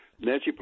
nancy